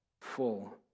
full